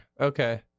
Okay